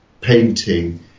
painting